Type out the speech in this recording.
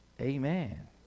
Amen